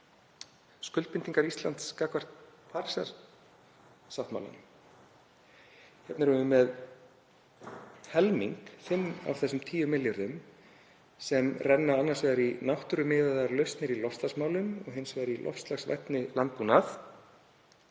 skuldbindingar Íslands gagnvart Parísarsáttmálanum. Hérna erum við með helming, 5 af þessum 10 milljörðum, sem rennur annars vegar í náttúrumiðaðar lausnir í loftslagsmálum og hins vegar í loftslagsvænni landbúnað.